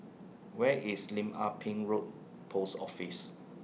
Where IS Lim Ah Pin Road Post Office